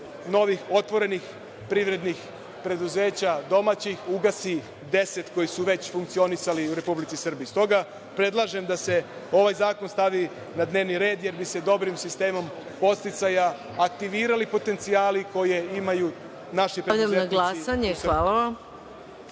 novih otvorenih privrednih preduzeća, domaćih, ugasi 10, koji su već funkcionisali u Republici Srbiji. S toga, predlažem da se ovaj zakon stavi na dnevni red, jer bi se dobrim sistemom podsticaja aktivirali potencijali koje imaju naši preduzetnici u Srbiji.